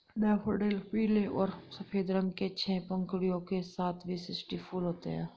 daffodil पीले और सफ़ेद रंग के छह पंखुड़ियों के साथ विशिष्ट फूल होते हैं